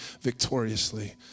victoriously